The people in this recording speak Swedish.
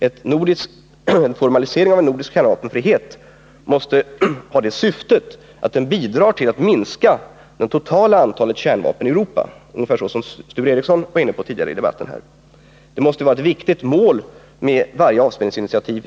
En formalisering av nordisk kärnvapenfrihet måste ha syftet att bidra till att minska det totala antalet kärnvapen i Europa, vilket Sture Ericson var inne på tidigare i debatten. Detta måste vara ett viktigt mål vid varje avspänningsinitiativ.